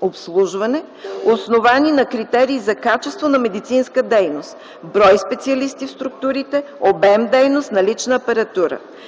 обслужване, основани на критерии за качество на медицинска дейност, брой специалисти в структурите, обем дейност, налична апаратура.